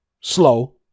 slow